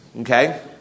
Okay